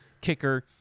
kicker